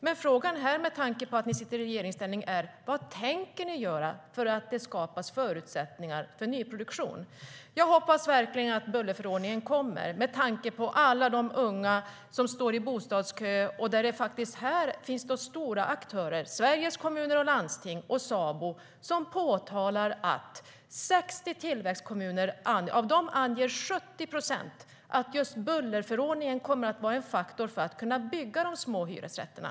Men frågan här, med tanke på att ni sitter i regeringsställning, är: Vad tänker ni göra för att det ska skapas förutsättningar för nyproduktion? Jag hoppas verkligen att bullerförordningen kommer med tanke på alla de unga som står i bostadskö. Det finns stora aktörer - Sveriges Kommuner och Landsting och Sabo - som pekar på att 70 procent av 60 tillväxtkommuner anger att just bullerförordningen kommer att vara en faktor för att kunna bygga de små hyresrätterna.